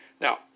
Now